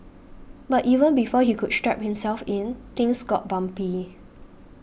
but even before he could strap himself in things got bumpy